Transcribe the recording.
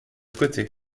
côté